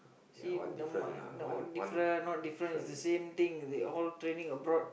see the much difference not difference it's the same thing they all training abroad